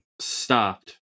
stopped